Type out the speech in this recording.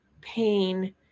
pain